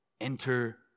Enter